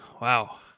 Wow